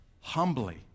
humbly